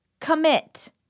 Commit